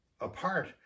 apart